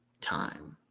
time